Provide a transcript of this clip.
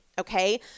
okay